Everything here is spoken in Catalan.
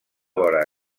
vora